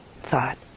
thought